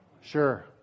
Sure